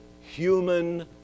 human